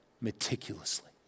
meticulously